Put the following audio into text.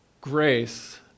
Grace